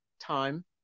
time